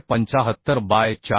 6375 by 4